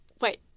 wait